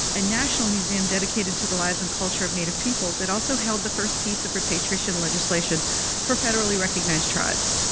a national museum dedicated to the lives and culture of native peoples, it also held the first piece of repatriation legislation for federally recognized tribes.